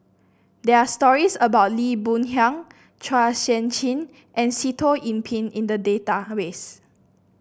there are stories about Lee Boon Yang Chua Sian Chin and Sitoh Yih Pin in the database